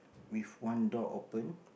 with one door open